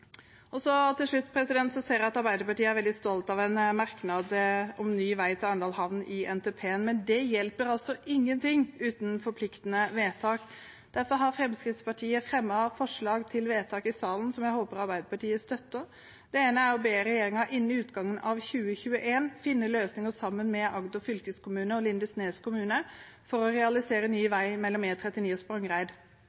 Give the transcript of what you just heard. Til slutt: Jeg ser at Arbeiderpartiet er veldig stolt av en merknad om ny vei til Arendal havn i innstillingen om NTP-en – men det hjelper ingenting uten forpliktende vedtak. Derfor har Fremskrittspartiet fremmet forslag i salen, som jeg håper Arbeiderpartiet støtter. Det ene er å be regjeringen innen utgangen av 2021 finne løsninger sammen med Agder fylkeskommune og Lindesnes kommune for å realisere ny